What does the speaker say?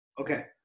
Okay